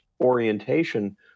orientation